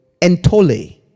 entole